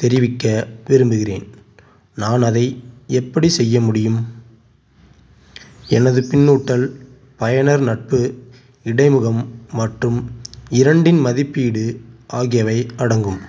தெரிவிக்க விரும்புகின்றேன் நான் அதை எப்படி செய்ய முடியும் எனது பின்னூட்டல் பயனர் நட்பு இடைமுகம் மற்றும் இரண்டின் மதிப்பீடு ஆகியவை அடங்கும்